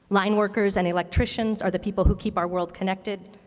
line workers and electricians are the people who keep our world connected.